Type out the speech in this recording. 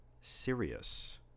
sirius